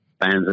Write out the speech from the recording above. fans